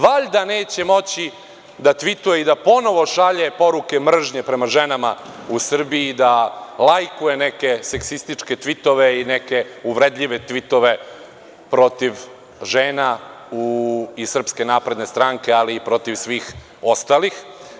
Valjda neće moći da tvituje i da ponovo šalje poruke mržnje prema ženama u Srbiji, da lajkuje neke seksističke tvitove i neke uvredljive tvitove protiv žena iz SNS, ali i protiv svih ostalih.